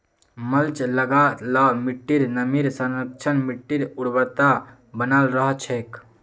mulch लगा ल मिट्टीर नमीर संरक्षण, मिट्टीर उर्वरता बनाल रह छेक